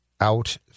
out